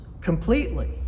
completely